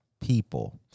people